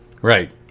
Right